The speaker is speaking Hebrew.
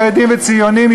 חרדים וציונים,